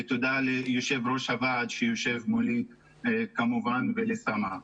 ותודה ליושב-ראש הוועד שיושב מולי ולסמר קודחה.